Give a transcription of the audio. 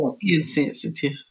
Insensitive